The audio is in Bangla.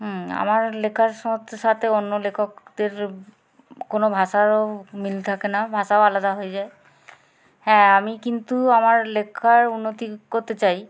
হুম আমার লেখার সাথে অন্য লেখকদের কোনো ভাষারও মিল থাকে না ভাষাও আলাদা হয়ে যায় হ্যাঁ আমি কিন্তু আমার লেখার উন্নতি করতে চাই